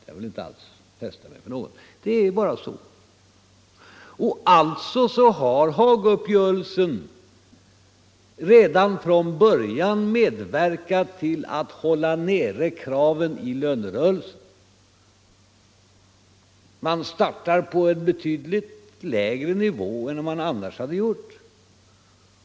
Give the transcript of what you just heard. Hagauppgörelsen har alltså redan början medverkat till att hålla nere kraven i lönerörelsen — man startar på en betydligt lägre nivå än man annars skulle ha gjort.